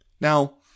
Now